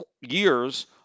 years